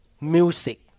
music